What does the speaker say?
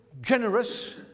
generous